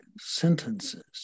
sentences